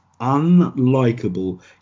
unlikable